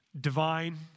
divine